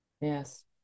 Yes